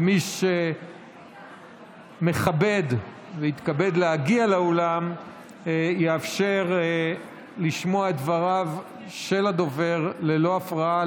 ומי שמכבד והתכבד להגיע לאולם יאפשר לשמוע את דבריו של הדובר ללא הפרעה,